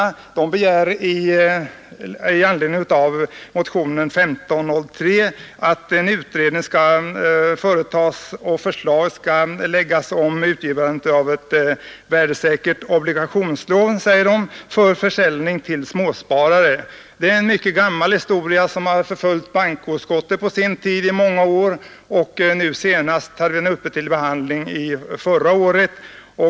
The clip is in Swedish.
Herr Björk i Gävle drog en något förhastad slutsats, som vi inom utskottet inte kan skriva under på. Det är en mycket gammal historia, som förföljde bankoutskottet under många år. Senast behandlades frågan förra året.